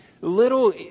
little